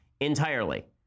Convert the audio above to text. entirely